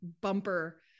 bumper